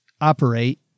operate